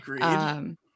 Agreed